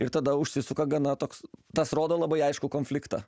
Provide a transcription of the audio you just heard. ir tada užsisuka gana toks tas rodo labai aiškų konfliktą